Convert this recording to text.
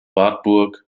wartburg